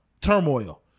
turmoil